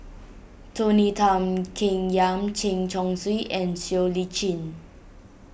Tony Tan Keng Yam Chen Chong Swee and Siow Lee Chin